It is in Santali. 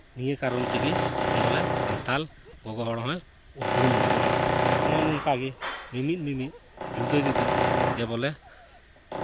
ᱱᱤᱭᱟᱹ ᱠᱟᱨᱚᱱ ᱛᱮᱜᱮ ᱡᱮ ᱵᱚᱞᱮ ᱥᱟᱱᱛᱟᱲ ᱜᱚᱜᱚ ᱦᱚᱲ ᱦᱚᱭ ᱩᱯᱨᱩᱢ ᱜᱚᱫᱚᱜᱼᱟ ᱱᱚᱜᱼᱚᱭ ᱱᱚᱝᱠᱟᱜᱮ ᱢᱤᱢᱤᱫ ᱢᱤᱢᱤᱫ ᱡᱩᱫᱟᱹ ᱡᱩᱫᱟᱹ ᱜᱮ ᱵᱚᱞᱮ